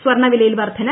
സ്വർണ്ണ വിലയിൽ വർധന